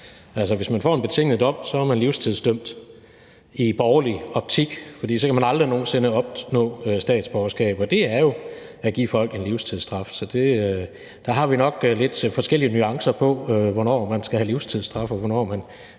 Hvis man får en betinget dom, er man livslangt dømt i borgerlig optik, fordi man så aldrig nogen sinde kan opnå statsborgerskab, og det er jo at give folk en livstidsstraf. Der ser vi jo nok lidt forskellige nuancer, i forhold til hvornår man skal have livstidsstraf, og hvornår man